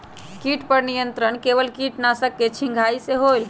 किट पर नियंत्रण केवल किटनाशक के छिंगहाई से होल?